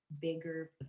bigger